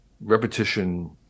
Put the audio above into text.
repetition